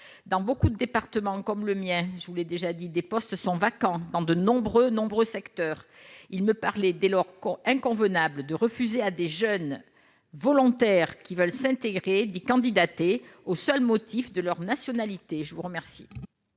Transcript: dans beaucoup de départements comme le mien, je vous l'ai déjà dit des postes sont vacants dans de nombreux, nombreux secteurs il me parler dès lors qu'on aime convenable de refuser à des jeunes volontaires qui veulent s'intégrer, dit candidater au seul motif de leur nationalité, je vous remercie.